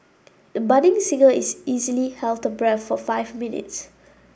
the budding singer is easily held her breath for five minutes